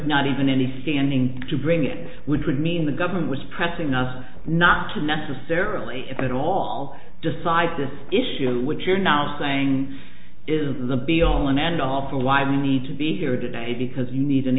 not even any standing to bring it which would mean the government was pressing us not to necessarily at all decide this issue which you're now saying is the be all and end all for why you need to be here today because you need an